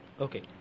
okay